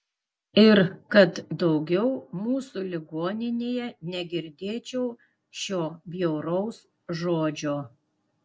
ir kad daugiau mūsų ligoninėje negirdėčiau šio bjauraus žodžio